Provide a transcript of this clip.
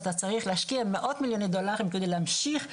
אתה צריך להשקיע מאות מיליוני דולרים כדי להמשיך,